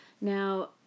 Now